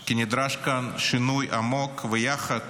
כי נדרש כאן שינוי עמוק, ויחד